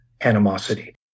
animosity